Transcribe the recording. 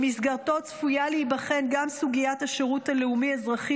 במסגרת זו צפויה להיבחן גם סוגיית השירות הלאומי-אזרחי